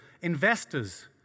Investors